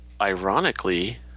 ironically